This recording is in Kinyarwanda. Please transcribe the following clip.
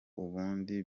ubundi